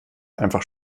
einfach